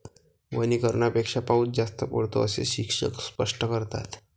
वनीकरणापेक्षा पाऊस जास्त पडतो, असे शिक्षक स्पष्ट करतात